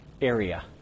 area